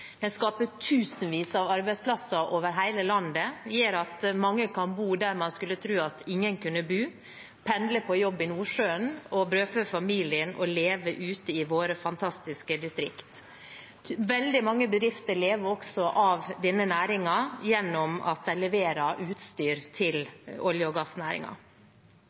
Den skaper tusenvis av arbeidsplasser over hele landet. Den gjør at mange kan bo «Der ingen skulle tru at nokon kunne bu», pendle på jobb i Nordsjøen, brødfø familien og leve ute i våre fantastiske distrikt. Veldig mange bedrifter lever også av denne næringen ved å levere utstyr til olje- og